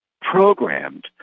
programmed